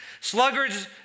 Sluggards